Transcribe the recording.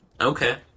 Okay